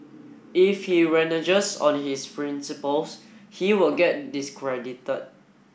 if he reneges on his principles he will get discredited